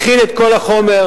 הכין את כל החומר,